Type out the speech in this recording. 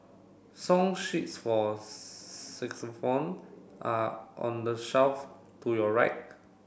song sheets for saxaphone are on the shelf to your right